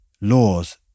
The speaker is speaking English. laws